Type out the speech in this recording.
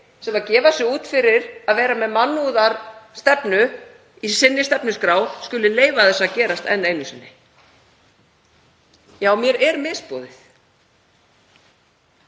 sem gefa sig út fyrir að vera með mannúðarstefnu í sinni stefnuskrá skuli leyfa þessu að gerast enn einu sinni. Já, mér er misboðið.